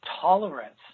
tolerance